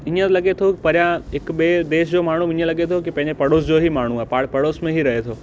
ईअं लॻे थो परियां हिकु ॿिए देश जो माण्हू बि ईअं लॻे थो की पंहिंजे पड़ोस जो ई माण्हू आहे पाण पड़ोस में ई रहे थो